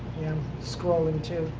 yeah, i'm scrolling, too.